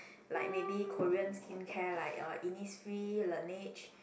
like maybe Korean skincare like uh Innisfree Laneige